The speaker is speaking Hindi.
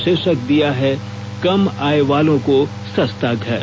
शीर्षक दिया है कम आय वालों को सस्ता घर